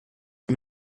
and